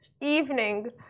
Evening